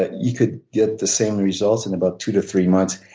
ah you could get the same results in about two to three months.